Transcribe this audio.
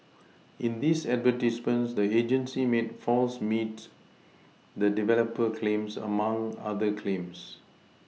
in these advertisements the agency made false meets the developer claims among other claims